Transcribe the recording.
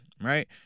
right